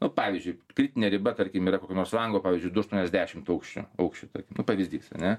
nu pavyzdžiui kritinė riba tarkim yra kokio nors lango pavyzdžiui du aštuoniasdešim aukščio aukščio tarkim nu pavyzdys ane